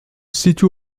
situe